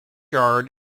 yard